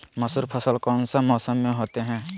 मसूर फसल कौन सा मौसम में होते हैं?